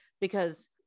because-